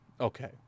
okay